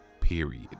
period